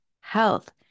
health